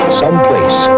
someplace